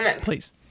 please